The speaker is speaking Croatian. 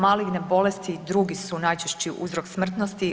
Maligne bolesti drugi su najčešći uzrok smrtnosti.